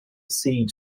siege